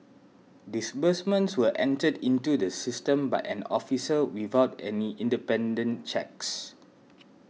disbursements were entered into the system by an officer without any independent checks